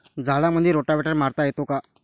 झाडामंदी रोटावेटर मारता येतो काय?